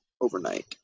overnight